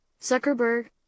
Zuckerberg